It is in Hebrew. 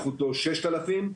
--- 6000,